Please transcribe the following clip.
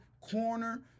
corner